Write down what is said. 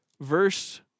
verse